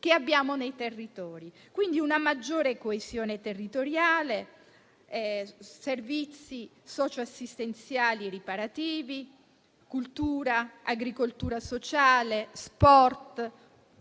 che abbiamo nei territori: quindi una maggiore coesione territoriale, servizi socioassistenziali riparativi, cultura, agricoltura sociale, sport,